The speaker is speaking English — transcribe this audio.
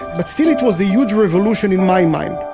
but still it was a huge revolution in my mind